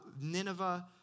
Nineveh